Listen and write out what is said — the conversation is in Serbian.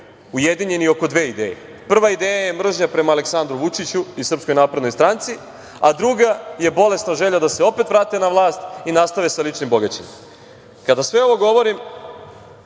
ujedinjeni oko dve ideje. Prva ideja je mržnja prema Aleksandru Vučiću i Srpskoj naprednoj stranci, a druga je bolesna želja da se opet vrate na vlast i nastave sa ličnim bogaćenjem. Kada sve ovo govorim,